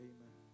Amen